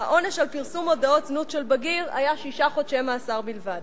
העונש על פרסום מודעות זנות של בגיר היה שישה חודשי מאסר בלבד.